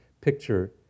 picture